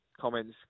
comments